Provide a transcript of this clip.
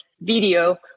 video